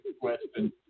Question